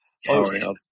Sorry